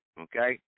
okay